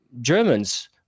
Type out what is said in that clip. Germans